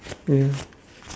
ya